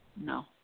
no